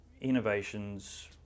innovations